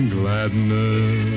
gladness